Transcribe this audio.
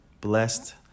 blessed